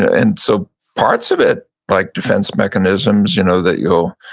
and so, parts of it like defense mechanisms, you know that you'll,